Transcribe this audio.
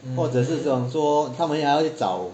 或者是讲说他们还要去找